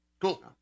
Cool